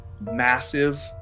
massive